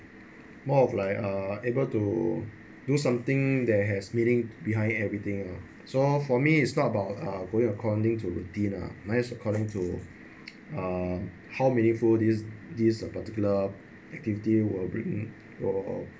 more of like uh able to do something that has meaning behind everything lah so for me it's not about are going according to routine ah mine is according to a how meaningful these these particular activity will bring will